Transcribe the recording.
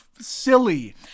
silly